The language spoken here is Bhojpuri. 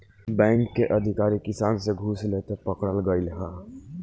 बैंक के अधिकारी किसान से घूस लेते पकड़ल गइल ह